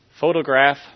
photograph